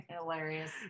Hilarious